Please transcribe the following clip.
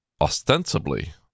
ostensibly